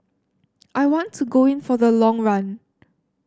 I want to go in for the long run